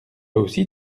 aussi